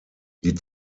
die